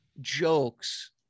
jokes